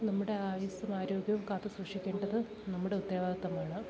നമ്മുടെ ആയുസ്സും ആരോഗ്യവും കാത്ത് സൂക്ഷിക്കേണ്ടത് നമ്മുടെ ഉത്തരവാദിത്വമാണ്